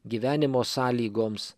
gyvenimo sąlygoms